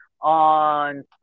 on